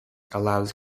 allows